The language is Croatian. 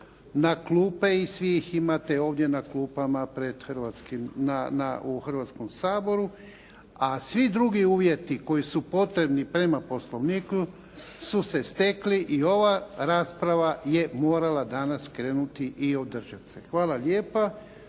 na klupe i svi ih imate ovdje na klupama na Hrvatskom saboru. A svi drugi uvjeti koji su potrebni prema Poslovniku su se stekli i ova rasprava je morala danas krenuti i održati se. Hvala lijepa.